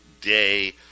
day